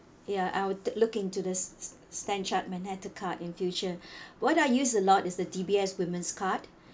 ya I would look into the s~ StandChart manhattan card in future what do I use a lot is the D_B_S women's card